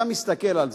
אתה מסתכל על זה,